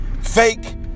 fake